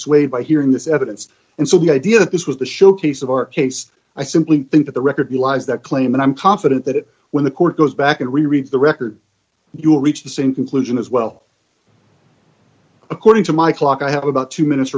swayed by hearing this evidence and so the idea that this was the showcase of our case i simply think that the record lies that claim and i'm confident that when the court goes back and reread the record you will reach the same conclusion as well according to my clock i have about two minutes